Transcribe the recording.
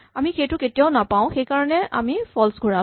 আমি সেইটো কেতিয়াও নাপাওঁ সেইকাৰণে আমি ফল্চ ঘূৰাম